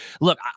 Look